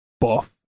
buff